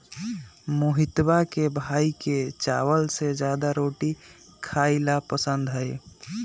मोहितवा के भाई के चावल से ज्यादा रोटी खाई ला पसंद हई